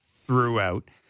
throughout